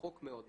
רחוק מאוד מזה.